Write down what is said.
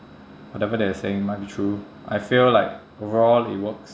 whatever they are saying might be true I feel like overall it works